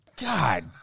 God